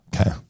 Okay